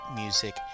music